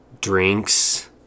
drinks